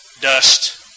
dust